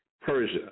Persia